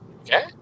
okay